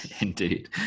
Indeed